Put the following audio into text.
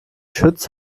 schütz